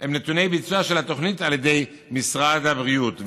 הם נתוני ביצוע של התוכנית על ידי משרד הבריאות,